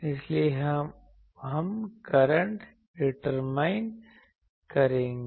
इसलिए हम current determine करेंगे